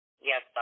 Yes